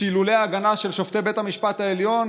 שאילולא ההגנה של שופטי בית המשפט העליון